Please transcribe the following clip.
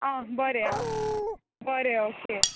आं बरें आं बरें ओके